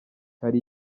hari